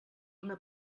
una